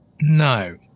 No